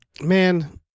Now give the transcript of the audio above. man